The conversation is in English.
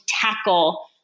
tackle